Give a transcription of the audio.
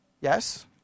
Yes